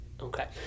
Okay